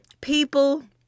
people